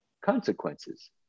consequences